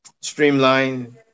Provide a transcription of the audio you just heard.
Streamline